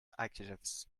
adjectives